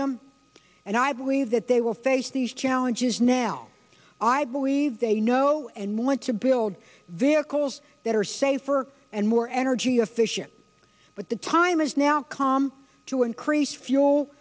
them and i believe that they will face these challenges now i believe they know and want to build their calls that are safer and more energy efficient but the time is now come to increase fuel